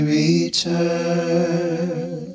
return